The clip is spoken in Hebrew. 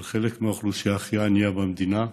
של חלק מהאוכלוסייה הכי ענייה במדינה,